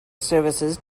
services